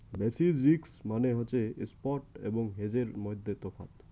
basis risk মানে হসে spot এবং হেজের মইধ্যে তফাৎ